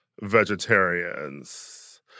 vegetarians